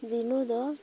ᱫᱤᱱᱩ ᱫᱚ